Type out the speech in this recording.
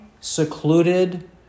secluded